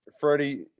Freddie